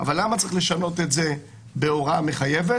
אבל למה צריך לשנות את זה בהוראה מחייבת?